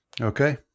Okay